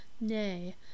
Nay